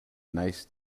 nice